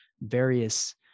various